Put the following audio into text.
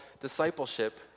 discipleship